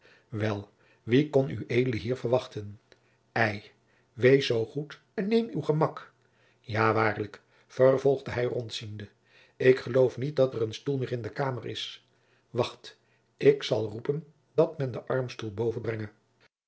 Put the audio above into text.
wel wie kon ued hier verwachten ei wees zoo goed en neem uw gemak ja waarlijk vervolgde hij rondziende ik geloof niet dat er een stoel meer in de kamer is wacht ik zal roepen dat men den armstoel boven brenge